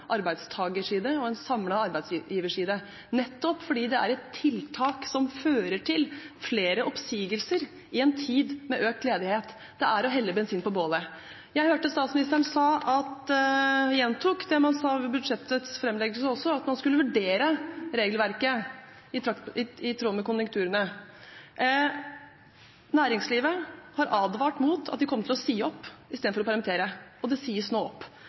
tid med økt ledighet. Det er å helle bensin på bålet. Jeg hørte statsministeren også gjentok det man sa ved budsjettets fremleggelse, at man skulle vurdere regelverket i tråd med konjunkturene. Næringslivet har advart om at de kom til å si opp folk i stedet for å permittere. Og folk sies nå opp.